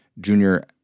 Junior